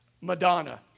Madonna